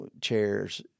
chairs